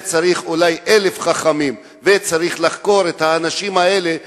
צריך אולי 1,000 חכמים וצריך לחקור את האנשים האלה,